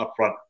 upfront